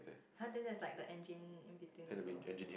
!huh! then that's like the engine in between also